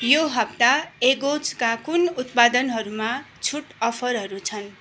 यो हप्ता एगोजका कुन उत्पादनहरूमा छुट अफरहरू छन्